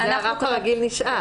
לא, הרף הרגיל נשאר.